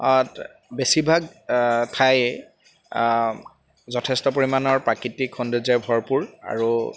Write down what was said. বেছিভাগ ঠাই যথেষ্ট পৰিমাণৰ প্ৰাকৃতিক সৌন্দৰ্যৰে ভৰপূৰ আৰু